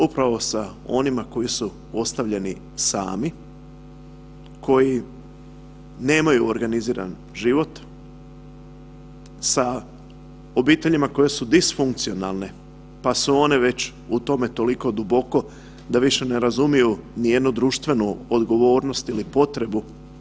Upravo s onima koji su ostavljeni sami, koji nemaju organiziran život, sa obiteljima koje su disfunkcionalne pa su one već u tome toliko duboko da više ne razumiju nijednu društvenu odgovornost ili potrebu.